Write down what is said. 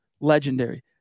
legendary